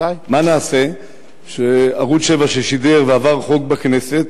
מה נעשה שערוץ-7, ששידר ועבר חוק בכנסת,